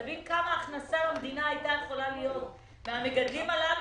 תבין כמה הכנסה למדינה הייתה יכולה להיות מהמגדלים האלה.